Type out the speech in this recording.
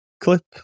clip